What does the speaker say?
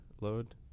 load